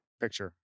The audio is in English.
picture